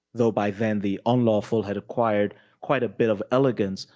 though by then the unlawful had acquired quite a bit of elegance,